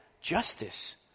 justice